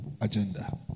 agenda